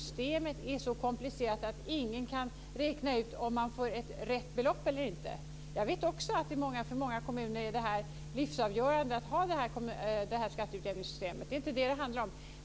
Systemet är så komplicerat att ingen kan räkna ut om man får rätt belopp eller inte. Jag vet att skatteutjämningssystemet för många kommuner är livsavgörande. Det är inte det som saken